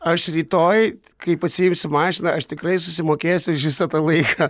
aš rytoj kai pasiimsiu mašiną aš tikrai susimokėsiu už visą tą laiką